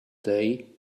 day